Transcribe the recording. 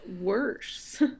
worse